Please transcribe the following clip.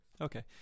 Okay